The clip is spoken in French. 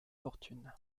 fortune